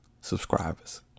subscribers